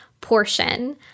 portion